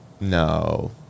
No